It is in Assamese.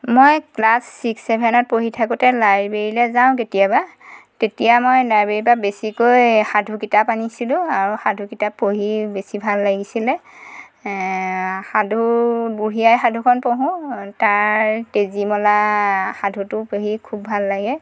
মই ক্লাছ ছিক্স ছেভেনত পঢ়ি থাকোতে লাইব্ৰেৰিলৈ যাওঁ কেতিয়াবা তেতিয়া মই লাইব্ৰেৰি পা বেছিকৈ সাধু কিতাপ আনিছিলো আৰু সাধু কিতাপ পঢ়ি বেছি ভাল লাগিছিলে সাধু বুঢ়ী আইৰ সাধুখন পঢ়ো তাৰ তেজীমলা সাধুটো পঢ়ি খুব ভাল লাগে